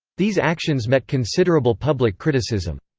these actions met considerable public criticism.